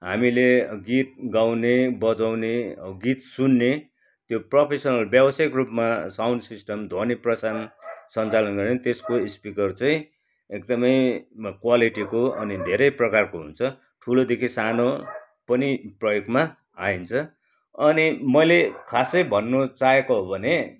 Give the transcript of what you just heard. हामीले गीत गाउँने बजाउने गीत सुन्ने त्यो प्रोफेसनल व्यावसायिक रूपमा साउन्ड सिस्टम ध्वनि प्रसारण सञ्चालन गर्ने त्यसको स्पिकर चाहिँ एकदमै क्वालिटीको अनि धेरै प्रकारको हुन्छ ठुलोदेखि सानो पनि प्रयोगमा आइन्छ अनि मैले खासै भन्नु चाहेको हो भने